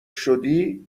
شدی